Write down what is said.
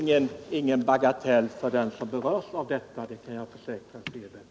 Herr talman! Reservanterna säger själva att det här är en sak utan kvidd.